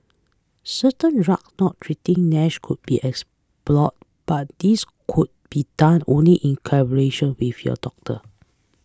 certain drug not treating Nash could be explore but this could be done only in collaboration with your doctor